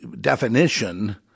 definition